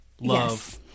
love